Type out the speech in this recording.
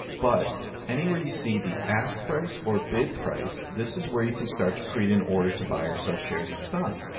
but anywhere you see the ask price or bid price, this is where you can start to create an order to buy or sell shares of stock.